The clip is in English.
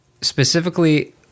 specifically